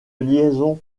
liaison